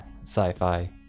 sci-fi